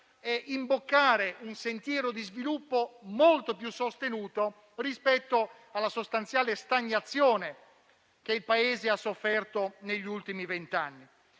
è imboccare un sentiero di sviluppo molto più sostenuto rispetto alla sostanziale stagnazione che il Paese ha sofferto negli ultimi vent'anni.